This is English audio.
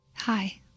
Hi